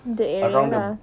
the area lah